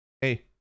Hey